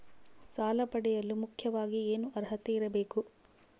ಸಾಲ ಪಡೆಯಲು ಮುಖ್ಯವಾಗಿ ಏನು ಅರ್ಹತೆ ಇರಬೇಕು?